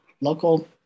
local